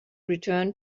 return